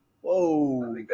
whoa